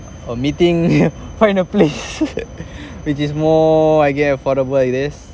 a meeting find a place which is more I guess affordably I guess